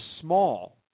small